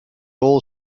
all